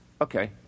okay